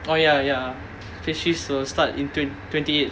oh ya ya phase threes will start in twen~ twenty eight